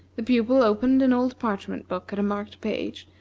the pupil opened an old parchment book at a marked page,